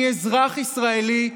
אני אזרח ישראלי,